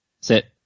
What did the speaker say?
Sit